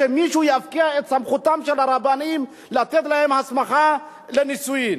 שמישהו יפקיע את סמכותם של הרבנים לתת להם הסמכה לנישואים.